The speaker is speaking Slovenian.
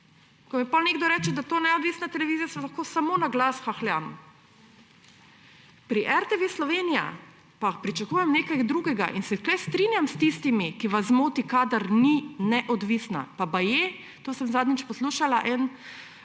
Ko mi potem nekdo reče, da je to neodvisna televizija, se lahko samo na glas hahljam. Pri RTV Slovenija pa pričakujem nekaj drugega in se tukaj strinjam s tistimi, ki vas zmoti, kadar ni neodvisna. Pa baje – o tem sem zadnjič poslušala